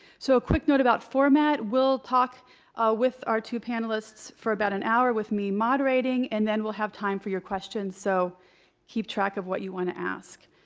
so a quick note about format. we'll talk with our two panelists for about an hour, with me moderating. and then we'll have time for your questions. so keep track of what you want to ask.